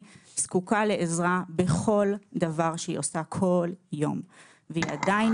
זקוקה לעזרה בכל דבר שהיא עושה כל יום ועדיין